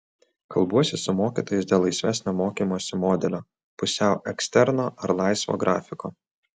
kalbuosi su mokytojais dėl laisvesnio mokymosi modelio pusiau eksterno ar laisvo grafiko